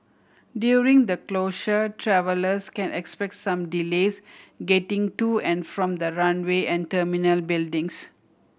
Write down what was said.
during the closure travellers can expect some delays getting to and from the runway and terminal buildings